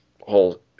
whole